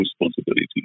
responsibility